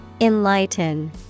Enlighten